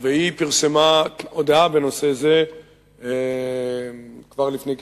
והיא פרסמה הודעה בנושא זה כבר לפני כשבועיים,